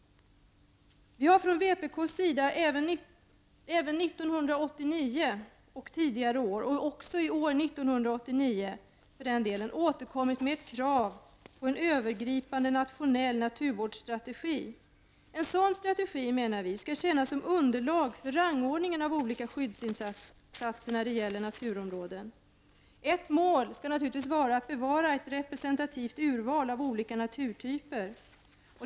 Vi i vpk framställde 1989 ett krav som vi haft tidigare och som vi för den delen återkommer med nu 1990. Det handlar om kravet på att en övergripande national naturvårdsstrategi skall upprättas. En sådan strategi, menar vi, skall tjäna som underlag för rangordningen av olika skyddsinsatser när det gäller naturområden. Ett mål skall naturligtvis vara att ett representativt urval av olika naturtyper bevaras.